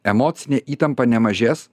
emocinė įtampa nemažės